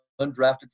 undrafted